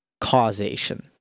causation